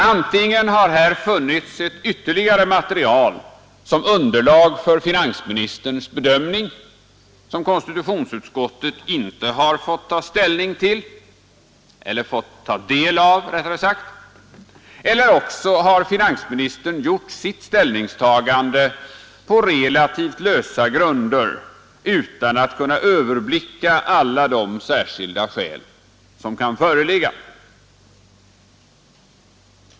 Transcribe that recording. Antingen har här funnits ytterligare material som underlag för finansministerns bedömning, vilket konstitutionsutskottet inte har fått ta del av, eller också har finansministern gjort sitt ställningstagande på relativt lösa grunder utan att kunna överblicka alla de särskilda skäl som kan föreligga.